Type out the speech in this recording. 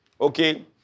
Okay